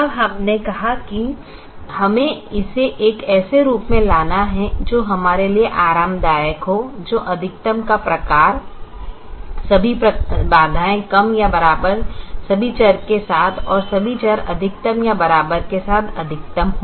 अब हमने कहा कि हमें इसे एक ऐसे रूप में लाना है जो हमारे लिए आरामदायक हो जो अधिकतम का प्रकार सभी बाधाए कम या बराबर सभी चर के साथ और सभी चर अधिकतम या बराबर के साथ अधिकतम हो